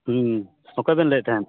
ᱚᱠᱚᱭᱵᱮᱱ ᱞᱟᱹᱭᱮᱫ ᱛᱟᱦᱮᱱ